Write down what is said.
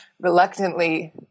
reluctantly